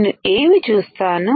నేను ఏమి చూస్తాను